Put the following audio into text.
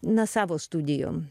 na savo studijom